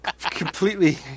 Completely